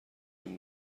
این